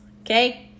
okay